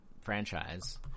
franchise